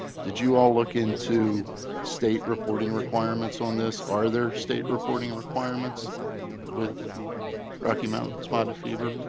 did you all look into state reporting requirements on this? are there state reporting requirements with rocky mountain spotted fever?